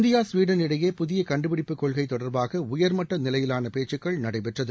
India Sweden இடையே புதிய கண்டுபிடிப்பு கொள்கை தொடர்பாக உயர் மட்ட நிலையிலான பேச்சுக்கள் நடைபெற்றது